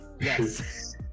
Yes